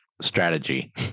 strategy